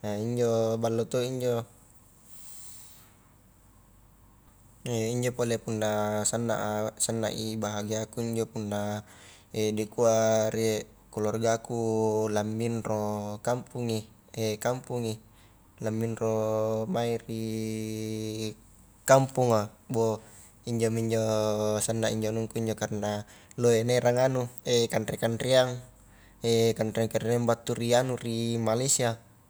injo ballo to injo, injo pole punna sanna a, sannai bahagiaku injo punna dikua rie keluargaku la minro kampungi kampungi, la minro mai ri kamponga boh injomi injo, sanna anungku injo karna loe naerang anu kanre kanreang kanre kanreang battu ri anu ri malaysia.